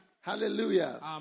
Hallelujah